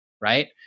right